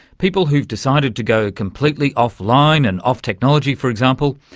people who've decided to go completely off-line and off technology, for example.